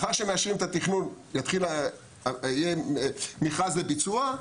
לאחר אישור התכנון יהיה מכרז לביצוע.